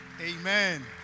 Amen